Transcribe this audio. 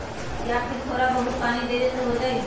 या फिर थोड़ा बहुत पानी देबे से हो जाइ?